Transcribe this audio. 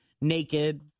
naked